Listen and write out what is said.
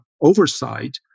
oversight